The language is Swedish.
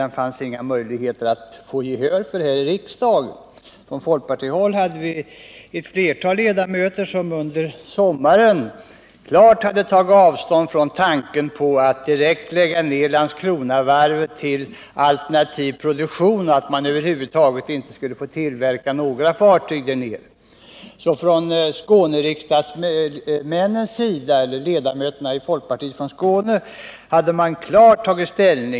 Det fanns inga möjligheter att få gehör här i riksdagen för det som togs upp där. De folkpartistiska ledamöterna från Skåne hade t.ex. under sommaren klart tagit avstånd från tanken på att man skulle direkt lägga ner hela varvsverksamheten vid Landskronavarvet och övergå till alternativ produktion.